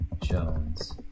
Jones